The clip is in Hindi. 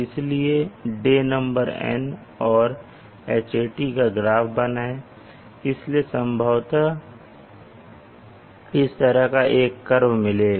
इसलिए डे नंबर और Hat का ग्राफ बनाएं इसलिए आपको संभवतः इस तरह का एक कर्व मिलेगा